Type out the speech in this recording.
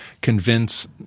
convince